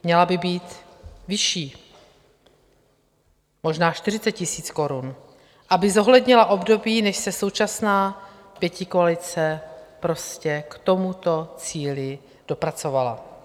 Měla by být vyšší, možná 40 000 korun, aby zohlednila období, než se současná pětikoalice prostě k tomuto cíli dopracovala.